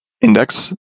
index